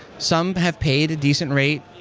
some have paid a decent rate.